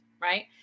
right